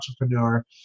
entrepreneur